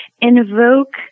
invoke